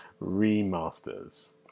remasters